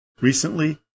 Recently